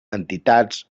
entitats